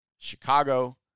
Chicago